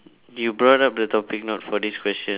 you brought up the topic not for this question